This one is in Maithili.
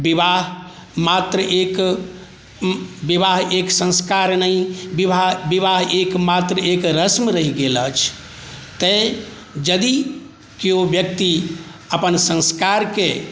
विवाह मात्र एक संस्कार नहि विवाह मात्र एक रश्म रहि गेल अछि तैं जदी केओ व्यक्ति अपन संस्कार के